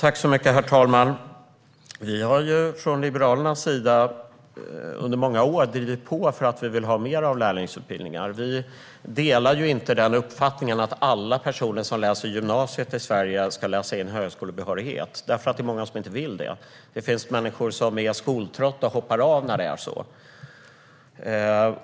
Herr talman! Liberalerna har under många år drivit på för mer av lärlingsutbildningar. Vi delar inte uppfattningen att alla personer som går i gymnasiet i Sverige ska läsa in högskolebehörighet, för det är många som inte vill det. Det finns människor som är skoltrötta och hoppar av när det är så.